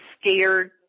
scared